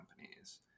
companies